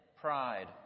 pride